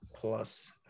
plus